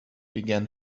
began